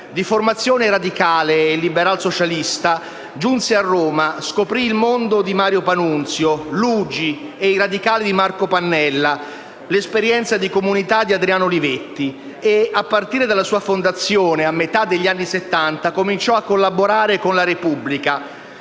Di formazione radicale e liberalsocialista, giunse a Roma, scoprì il mondo di Mario Pannunzio, l'UGI, i radicali di Marco Pannella, l'esperienza di comunità di Adriano Olivetti. E a partire dalla sua fondazione a metà degli anni Settanta, iniziò a collaborare con «la Repubblica»,